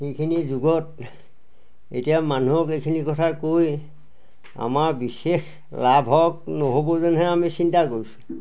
সেইখিনি যুগত এতিয়া মানুহক এইখিনি কথা কৈ আমাৰ বিশেষ লাভ হওক নহ'ব যেনহে আমি চিন্তা কৰিছোঁ